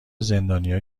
زندانیها